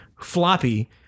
floppy